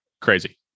crazy